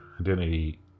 identity